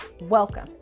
Welcome